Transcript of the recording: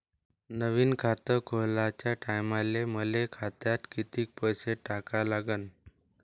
नवीन खात खोलाच्या टायमाले मले खात्यात कितीक पैसे टाका लागन?